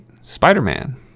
Spider-Man